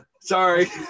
sorry